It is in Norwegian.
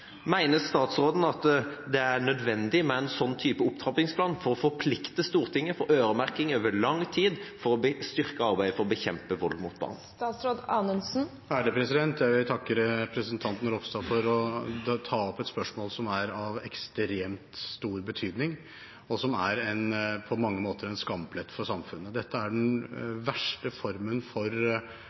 statsråden at det er nødvendig med en opptrappingsplan av den typen, for å forplikte Stortinget til øremerking over lang tid for å styrke arbeidet for å bekjempe vold mot barn? Jeg vil takke representanten Ropstad for å ta opp et spørsmål som er av ekstremt stor betydning, og som på mange måter er en skamplett for samfunnet. Dette er den verste formen for